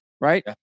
right